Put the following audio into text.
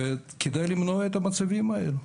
וכדאי למנוע את המצבים האלה.